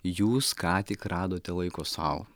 jūs ką tik radote laiko sau